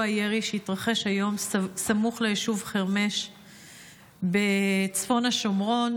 הירי שהתרחש היום סמוך ליישוב חרמש בצפון השומרון.